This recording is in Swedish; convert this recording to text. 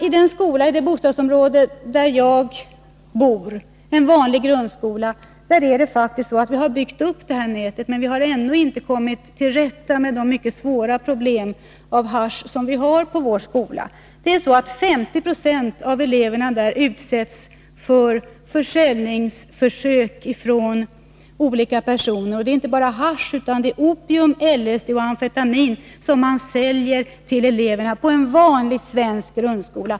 I det bostadsområde där jag bor har vi faktiskt byggt upp ett sådant nät, men ändå inte kommit till rätta med de mycket svåra problem med hasch som vi har på vår skola. 50 9o av eleverna utsätts för försäljningsförsök från olika personer. Det gäller inte bara hasch, utan det är opium, LSD och amfetamin som säljs till eleverna på en vanlig svensk grundskola.